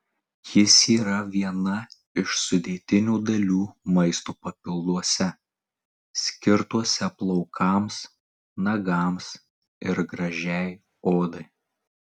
jis yra viena iš sudėtinių dalių maisto papilduose skirtuose plaukams nagams ir gražiai odai